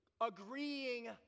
agreeing